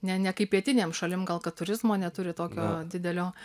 ne ne kaip pietinėm šalim gal kad turizmo neturi tokio didelio